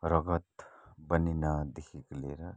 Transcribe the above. रगत बनिनदेखिको लिएर